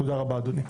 תודה רבה אדוני.